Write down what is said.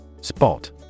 Spot